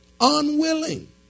Unwilling